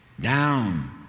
down